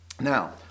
Now